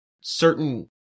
certain